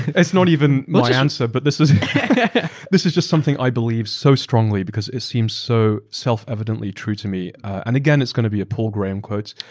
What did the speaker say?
not even my answer, but this is this is just something i believe so strongly because it seems so self-evidently true to me. and again, it's going to be a paul graham quote.